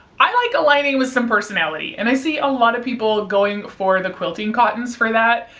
i like a lining with some personality and i see a lot of people going for the quilting cottons for that.